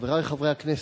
חברי חברי הכנסת,